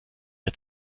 der